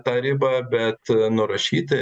tą ribą bet nurašyti